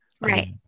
right